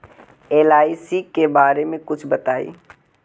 LIC के बारे मे कुछ बताई?